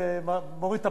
לא, זה לא מתאים לך.